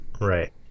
Right